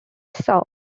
saw